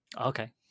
Okay